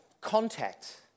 contact